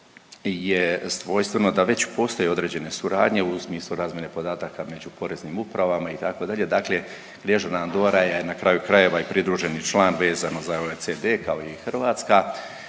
je svojstveno da već postoje određene suradnje u smislu razmjene podataka među Poreznim upravama itd., dakle dežurna Androra je na kraju krajeva i pridruženi član vezano za OECD kao i Hrvatska.